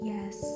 Yes